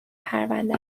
پرونده